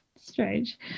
Strange